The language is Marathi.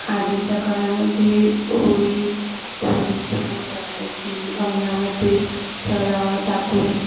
आधीच्या काळामध्ये होळी होळी छान करायची अंगणामध्ये सडा टाकून